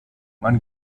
man